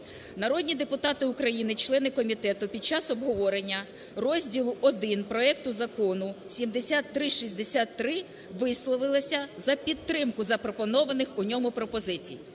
Народні депутати України, члени комітету під час обговорення розділу І проекту закону 7363 висловилися за підтримку запропонованих у ньому пропозицій.